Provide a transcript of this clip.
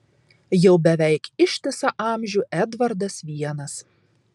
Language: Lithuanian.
jau beveik ištisą amžių edvardas vienas